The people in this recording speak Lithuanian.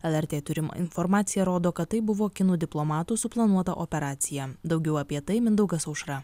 lrt turima informacija rodo kad tai buvo kinų diplomatų suplanuota operacija daugiau apie tai mindaugas aušra